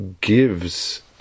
gives